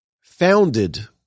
founded